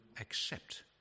accept